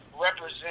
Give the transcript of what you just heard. represent